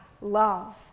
love